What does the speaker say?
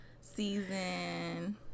season